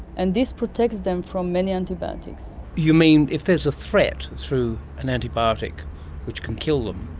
and this protects them from many antibiotics. you mean, if there's a threat through an antibiotic which can kill them,